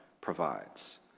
provides